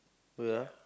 good ah